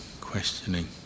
questioning